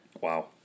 wow